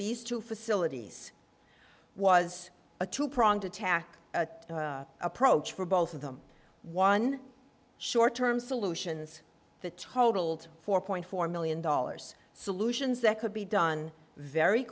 these two facilities was a two pronged attack approach for both of them one short term solutions that totaled four point four million dollars solutions that could be done very